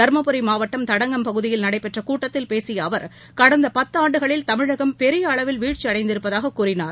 தர்மபுரி மாவட்டம் தடங்கம் பகுதியில் நடைபெற்ற கூட்டத்தில் பேசிய அவர் கடந்த பத்தாண்டுகளில் தமிழகம் பெரிய அளவில் வீழ்ச்சியடைந்திருப்பதாகக் கூறினார்